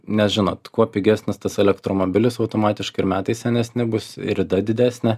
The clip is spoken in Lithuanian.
nes žinot kuo pigesnis tas elektromobilis automatiškai ir metai senesni bus ir rida didesnė